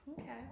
Okay